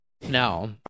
No